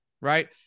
right